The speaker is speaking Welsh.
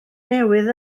newydd